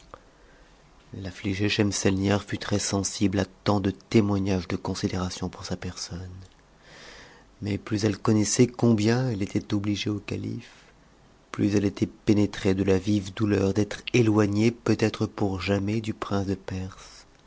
l'afhigée schemselnihar fut très-sensible à tant de témoignages de considération pour sa personne mais plus elle connaissait combien elle était obligée au calife plus elle était pénétrée de la vive douleur d éloignée peut-être pour jamais du prince de perse